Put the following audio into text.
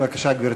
בבקשה, גברתי.